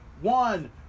One